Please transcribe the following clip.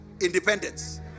Independence